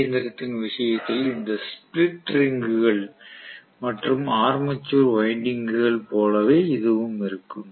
C இயந்திரத்தின் விஷயத்தில் இருந்த ஸ்ப்ளிட் ரிங்குகள் மற்றும் ஆர்மேச்சர் வைண்டிங்க்குகள் போலவே இதுவும் இருக்கும்